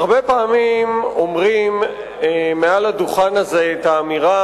הרבה פעמים אומרים מעל הדוכן הזה את האמירה